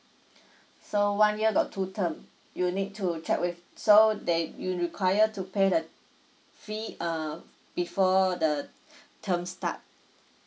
so one year got two term you need to check with so that you require to pay the fee uh before the term start